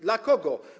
Dla kogo?